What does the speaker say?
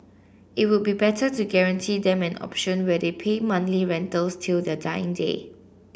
it would be better to guarantee them an option where they pay monthly rentals till their dying day